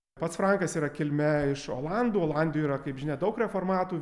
pats frankas yra kilme iš olandų olandijoj yra kaip žinia daug reformatų